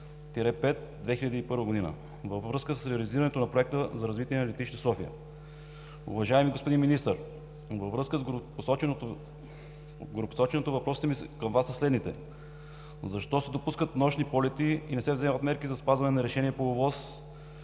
20-5 от 2001 г. във връзка с реализирането на проекта за развитие на летище София. Уважаеми господин Министър, във връзка с горепосоченото, въпросите ми към Вас са следните: защо се допускат нощни полети и не се вземат мерки за спазване на Решение по ОВОС